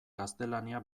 gaztelania